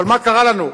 אבל מה קרה לנו?